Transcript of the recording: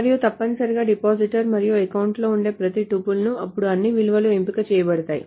మరియు తప్పనిసరిగా డిపాజిటర్ మరియు అకౌంట్ లో ఉండే ప్రతి టపుల్ అప్పుడు అన్ని విలువలు ఎంపిక చేయబడతాయి